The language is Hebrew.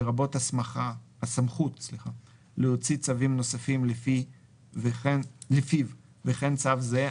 לרבות הסמכות להוציא צווים נוספים לפיו וכן צו זה,